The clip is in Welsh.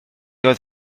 oedd